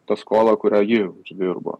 tą skolą kurią ji užsidirbo